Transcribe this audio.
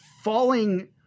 falling